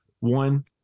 One